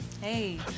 Hey